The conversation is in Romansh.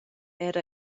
era